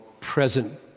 present